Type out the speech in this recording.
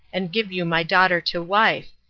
and give you my daughter to wife,